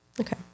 Okay